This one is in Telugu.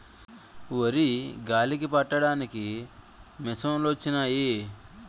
వరి గాలికి పట్టడానికి మిసంలొచ్చినయి